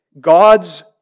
God's